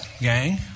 gang